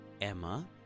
Emma